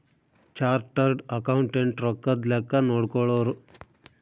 chartered accountant ರೊಕ್ಕದ್ ಲೆಕ್ಕ ನೋಡ್ಕೊಳೋರು